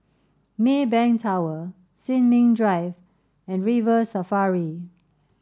Maybank Tower Sin Ming Drive and River Safari